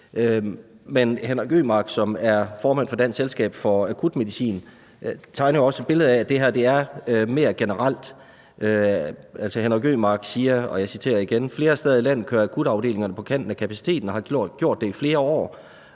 Men Henrik Ømark, som er formand for Dansk Selskab for Akutmedicin, tegner jo også et billede af, at det her er mere generelt. Altså, Henrik Ømark siger, og jeg citerer igen: Flere steder i landet kører akutafdelingerne på kanten af kapaciteten og har gjort det i flere år,